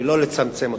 ולא לצמצם אותו.